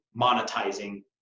monetizing